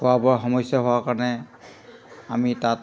খোৱা বোৱাৰ সমস্যা হোৱাৰ কাৰণে আমি তাত